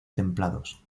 templados